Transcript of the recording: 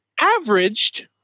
averaged